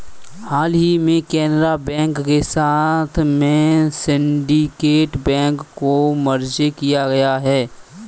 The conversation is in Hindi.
हाल ही में केनरा बैंक के साथ में सिन्डीकेट बैंक को मर्ज किया गया है